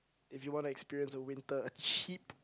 if you want to experience winter a cheap